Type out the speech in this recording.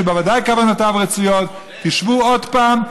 שבוודאי כוונותיו רצויות: תשבו עוד פעם,